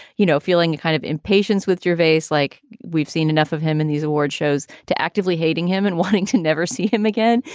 you know, feeling a kind of impatience with your face, like we've seen enough of him in these award shows to actively hating him and wanting to never see him again.